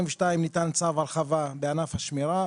המינימום בענף לפי צו ההרחבה משנת 2022 המתאים